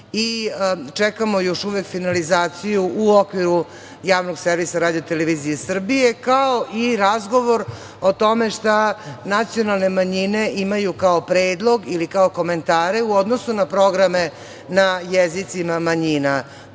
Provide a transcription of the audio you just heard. i čekamo još uvek finalizaciju u okviru Javnog servisa RTS, kao i razgovor o tome šta nacionalne manjine imaju kao predlog ili kao komentare u odnosu na programe na jezicima manjina. Dakle,